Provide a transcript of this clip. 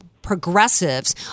progressives